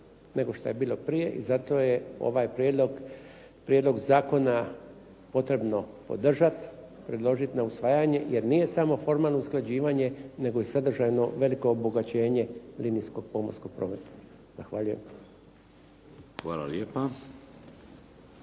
nego što je bilo prije i zato je ovaj prijedlog zakona potrebno podržati, predložiti na usvajanje jer nije samo formalno usklađivanje, nego i sadržajno veliko obogaćenje linijskog pomorskog prometa. Zahvaljujem. **Šeks,